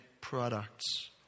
products